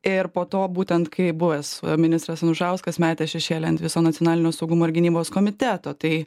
ir po to būtent kai buvęs ministras anušauskas metė šešėlį ant viso nacionalinio saugumo ir gynybos komiteto tai